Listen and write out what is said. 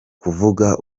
kuvuga